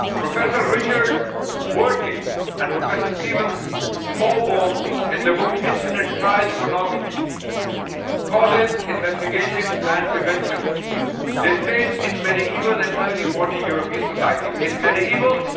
professor richard wortley and professor stephen smallborn in their book internet child pornography causes, investigation, and prevention they state in medieval and early modern european societies. in medieval.